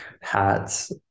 hats